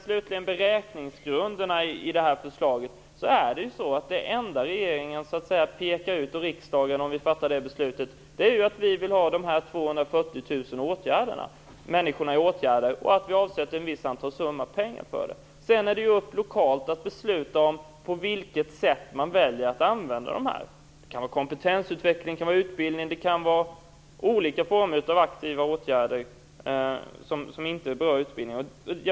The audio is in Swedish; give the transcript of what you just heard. Beträffande beräkningsgrunderna i förslaget pekar regeringen och riksdagen, om vi fattar det beslutet, enbart ut att vi vill ha dessa 240 000 människor i åtgärder och att vi avsätter en viss summa för det. Sedan är det upp till dem på den lokala nivån att besluta om på vilket sätt man väljer att använda pengarna. Det kan vara till kompetensutveckling, till utbildning och till olika former av aktiva åtgärder som inte berör utbildning.